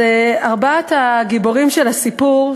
אז ארבעת הגיבורים של הסיפור,